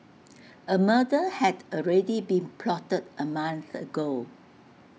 A murder had already been plotted A month ago